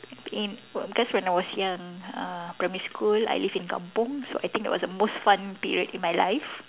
in because when I was young uh primary school I live in kampung so I think it was the most fun period in my life